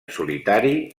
solitari